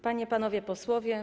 Panie i Panowie Posłowie!